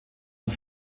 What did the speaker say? und